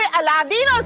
ah aladdin ah